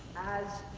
as